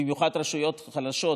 במיוחד רשויות חלשות,